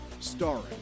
starring